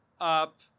up